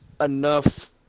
enough